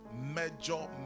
major